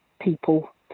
people